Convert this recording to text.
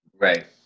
Right